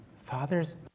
Fathers